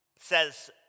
says